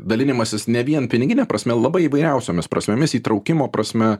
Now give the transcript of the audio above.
dalinimasis ne vien pinigine prasme labai įvairiausiomis prasmėmis įtraukimo prasme